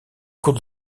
cours